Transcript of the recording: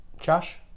Josh